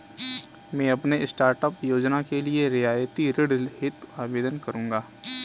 मैं अपने स्टार्टअप योजना के लिए रियायती ऋण हेतु आवेदन करूंगा